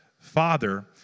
Father